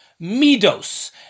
Midos